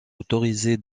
autorisé